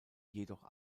jedoch